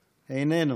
איננו,